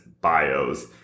bios